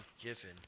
given